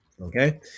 Okay